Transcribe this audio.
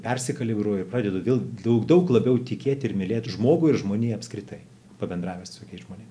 persikalibruiju ir padedu vėl daug daug labiau tikėti ir mylėt žmogų ir žmoniją apskritai pabendravęs su žmonėm